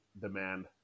demand